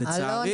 ולכן,